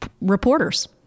reporters